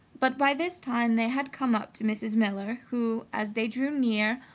but by this time they had come up to mrs. miller, who, as they drew near,